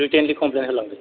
written complaint होलांदो